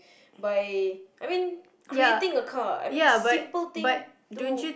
by I mean creating a car I mean simple thing to